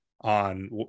on